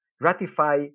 ratify